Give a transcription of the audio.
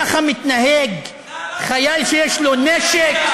ככה מתנהג חייל שיש לו נשק?